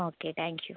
okay thank you